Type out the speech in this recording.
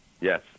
Yes